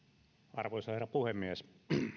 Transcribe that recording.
arvoisa herra puhemies